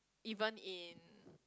even in